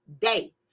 day